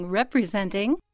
Representing